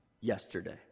yesterday